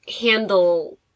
Handle